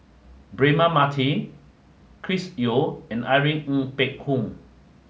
Braema Mathi Chris Yeo and Irene Ng Phek Hoong